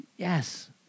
Yes